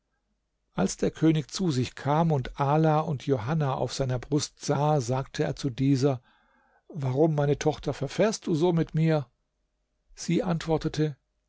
als der könig zu sich kam und ala und johanna auf seiner brust sah sagte er zu dieser warum meine tochter verfährst du so mit mir sie antwortete